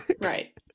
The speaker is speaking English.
right